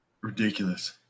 Ridiculous